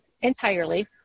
entirely